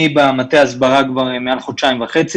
אני במטה ההסברה כבר מעל חודשיים וחצי,